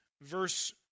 verse